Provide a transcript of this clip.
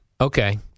Okay